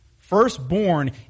firstborn